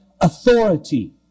authority